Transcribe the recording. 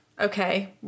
okay